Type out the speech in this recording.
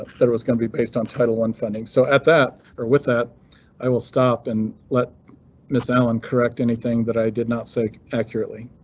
there was going to be based on title one funding, so at that or with that i will stop and let miss allen correct anything that i did not say accurately.